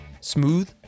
Smooth